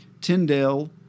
tyndale